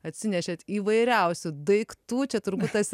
atsinešėt įvairiausių daiktų čia turbūt tas